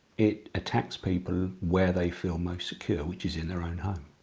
it attacks people where they feel most secure, which is in their own home.